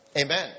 Amen